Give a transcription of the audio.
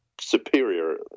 superior